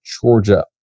Georgia